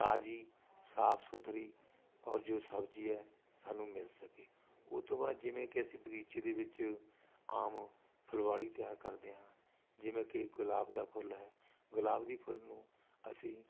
ਤਾਜ਼ੀ ਸਾਫ ਸੁਥਰੀ ਔਰ ਜੋ ਸਬਜ਼ੀ ਹੈ ਸਾਨੂੰ ਮਿਲ ਸਕੇ ਉਹ ਤੋਂ ਬਾਅਦ ਜਿਵੇਂ ਕਿ ਅਸੀਂ ਬਗੀਚੇ ਦੇ ਵਿੱਚ ਆਮ ਫੁਲਵਾੜੀ ਤਿਆਰ ਕਰਦੇ ਹਾਂ ਜਿਵੇਂ ਕਿ ਗੁਲਾਬ ਦਾ ਫੁੱਲ ਹੈ ਗੁਲਾਬ ਦੀ ਫੁੱਲ ਨੂੰ ਅਸੀਂ